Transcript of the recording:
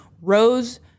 rose